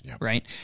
right